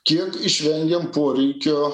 kiek išvengėm poreikio